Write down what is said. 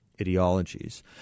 ideologies